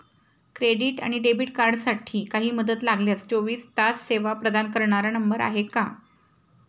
Credit आणि debit कार्डसाठी काही मदत लागल्यास चोवीस तास सेवा प्रदान करणारा नंबर आहे का?